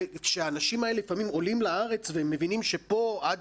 כשהאנשים האלה לפעמים עולים לארץ והם מבינים שפה עד